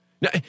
Now